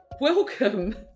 Welcome